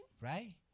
Right